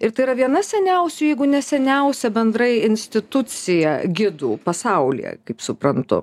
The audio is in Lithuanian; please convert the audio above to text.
ir tai yra viena seniausių jeigu ne seniausia bendrai institucija gidų pasaulyje kaip suprantu